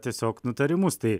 tiesiog nutarimus tai